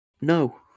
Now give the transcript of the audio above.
No